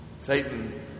Satan